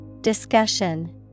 Discussion